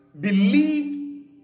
believe